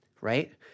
right